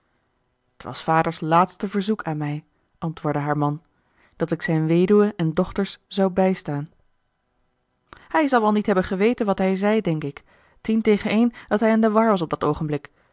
t was vader's laatste verzoek aan mij antwoordde haar man dat ik zijn weduwe en dochters zou bijstaan hij zal wel niet hebben geweten wat hij zei denk ik tien tegen een dat hij in de war was op dat oogenblik